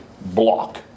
block